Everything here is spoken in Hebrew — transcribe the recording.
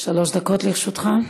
שלוש דקות לרשותך,